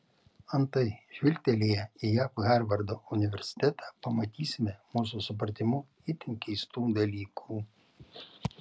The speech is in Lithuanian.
antai žvilgtelėję į jav harvardo universitetą pamatysime mūsų supratimu itin keistų dalykų